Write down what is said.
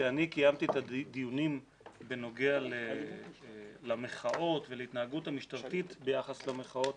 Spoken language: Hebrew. כשאני קיימתי את הדיונים בנוגע למחאות ולהתנהגות המשטרתית ביחס למחאות